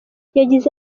yagize